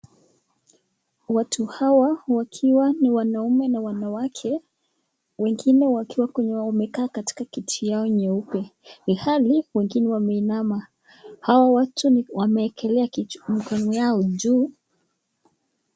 Watu hawa wakiwa ni wanaume na wanawake wengine wakiwa kwenye wamekaa katika kiti yao nyeupe. Ilhali wengine wameinama hao watu wamewekelea mikono yao juu.